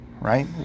right